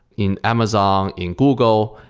in amazon, in google,